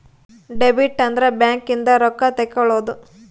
debit ಅಂದ್ರ bank ಇಂದ ರೊಕ್ಕ ತೆಕ್ಕೊಳೊದು